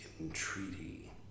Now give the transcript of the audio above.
entreaty